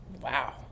Wow